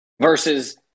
versus